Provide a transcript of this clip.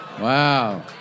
Wow